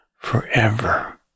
forever